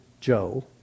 Joe